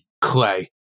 Clay